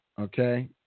Okay